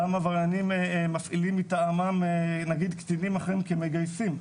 אותם עבריינים מפעילים מטעמם נגיד קטינים אחרים כמגייסים.